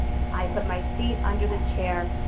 i put my feet under the chair,